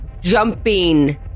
jumping